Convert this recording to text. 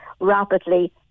rapidly